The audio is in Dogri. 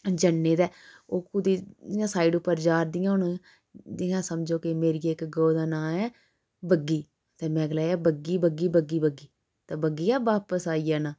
जन्ने ते ओह् कुदै इयां साइड उप्पर जा'रदियां होन जियां समझो कि मेरी इक गौ दा नांऽ ऐ बग्गी ते में गलाया बग्गी बग्गी बग्गी ते बग्गी बापस आई जाना